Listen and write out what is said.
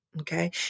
Okay